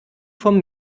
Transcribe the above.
vom